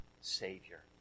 Savior